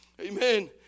Amen